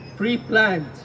pre-planned